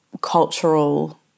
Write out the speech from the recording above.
cultural